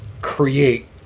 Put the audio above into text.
create